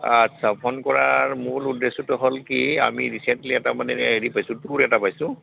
আচ্ছা ফোন কৰাৰ মূল উদ্দেশ্যটো হ'ল কি আমি ৰিচেণ্টলি এটা মানে হেৰি পাইছোঁ টোৰ এটা পাইছোঁ